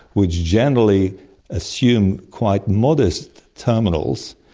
which generally assume quite modest terminals,